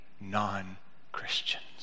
non-Christians